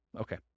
Okay